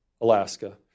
Alaska